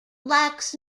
lacks